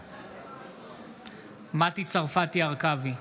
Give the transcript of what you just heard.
בעד מטי צרפתי הרכבי,